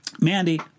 Mandy